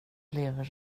blev